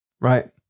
right